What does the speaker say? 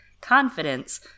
confidence